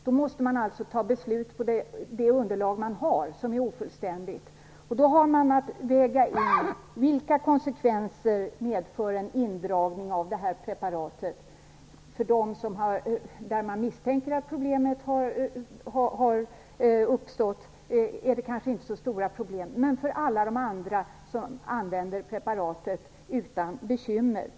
Då måste man alltså fatta beslut på grundval av det underlag som man har och som är ofullständigt. Man får då väga in vilka konsekvenser en indragning av det aktuella preparatet medför. I de fall där man misstänker att problemet har uppstått är det kanske inte så stora svårigheter, men för alla andra som använder preparatet utan bekymmer kan det vara det.